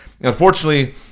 unfortunately